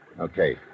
Okay